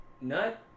Nut